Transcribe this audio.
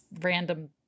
random